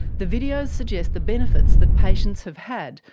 the videos suggest the benefits that patients have had,